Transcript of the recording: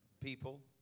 people